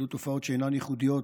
אלה תופעות שאינן ייחודיות,